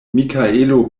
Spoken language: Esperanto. mikaelo